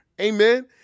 Amen